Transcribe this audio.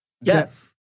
Yes